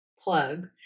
plug